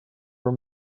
were